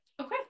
Okay